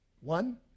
One